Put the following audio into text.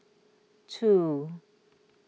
two